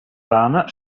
rana